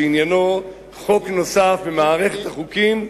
שעניינו חוק נוסף במערכת החוקים,